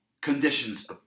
conditions